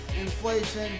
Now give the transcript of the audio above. inflation